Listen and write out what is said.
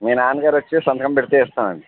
మీ నాన్నగారు వచ్చి సంతకం పెడితే ఇస్తామండి